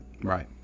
Right